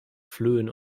flöhen